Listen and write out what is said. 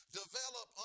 develop